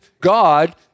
God